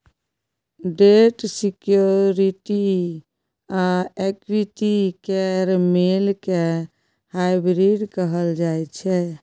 date security आ equity केर मेल केँ हाइब्रिड कहल जाइ छै